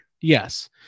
Yes